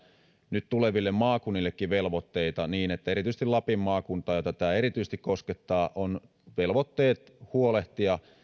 nyt tuleville maakunnillekin velvoitteita niin että erityisesti lapin maakunnalla jota tämä erityisesti koskettaa on velvoitteet huolehtia